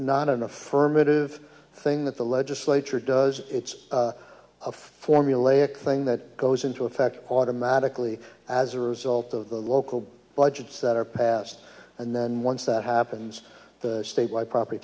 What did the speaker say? not an affirmative thing that the legislature does it's a formulaic thing that goes into effect automatically as a result of the local budgets that are passed and then once that happens the state by property